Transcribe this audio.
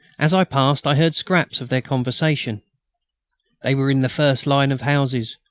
as i passed, i heard scraps of their conversation they were in the first line of houses.